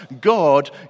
God